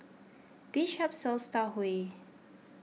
this shop sells Tau Huay